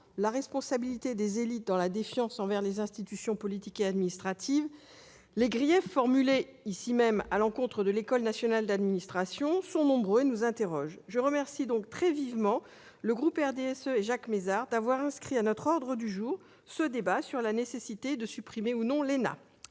la responsabilité des élites dans la défiance envers les institutions politiques et administratives, les griefs formulés ici même à l'encontre de l'École nationale d'administration sont nombreux et nous interrogent. Je remercie donc très vivement le groupe du RDSE et son président, Jacques Mézard, d'avoir fait inscrire à notre ordre du jour ce débat sur la nécessité de supprimer ou non l'ENA.